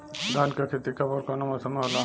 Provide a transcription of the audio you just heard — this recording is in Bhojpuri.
धान क खेती कब ओर कवना मौसम में होला?